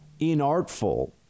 inartful